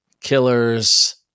Killers